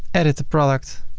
edit the product